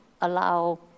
allow